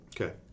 Okay